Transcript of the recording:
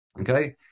okay